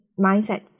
mindset